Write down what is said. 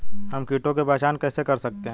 हम कीटों की पहचान कैसे कर सकते हैं?